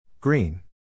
Green